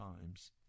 times